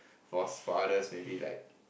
for us fathers maybe like